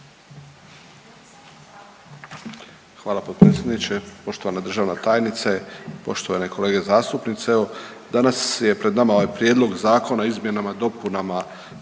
Hvala potpredsjedniče. Poštovana državna tajnice, poštovane kolege zastupnice evo danas je pred nama ovaj Prijedlog Zakona o izmjenama i dopunama